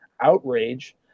outrage